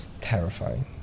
terrifying